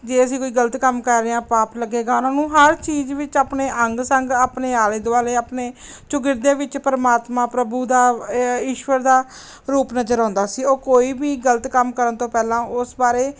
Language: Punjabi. ਜੇ ਅਸੀਂ ਕੋਈ ਗਲਤ ਕੰਮ ਕਰ ਰਹੇ ਹਾਂ ਪਾਪ ਲੱਗੇਗਾ ਉਹਨਾਂ ਨੂੰ ਹਰ ਚੀਜ਼ ਵਿੱਚ ਆਪਣੇ ਅੰਗ ਸੰਗ ਆਪਣੇ ਆਲੇ ਦੁਆਲੇ ਆਪਣੇ ਚੁਗਿਰਦੇ ਵਿੱਚ ਪਰਮਾਤਮਾ ਪ੍ਰਭੂ ਦਾ ਈਸ਼ਵਰ ਦਾ ਰੂਪ ਨਜ਼ਰ ਆਉਂਦਾ ਸੀ ਉਹ ਕੋਈ ਵੀ ਗਲਤ ਕੰਮ ਕਰਨ ਤੋਂ ਪਹਿਲਾਂ ਉਸ ਬਾਰੇ